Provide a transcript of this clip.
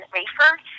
Rayford